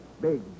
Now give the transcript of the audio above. big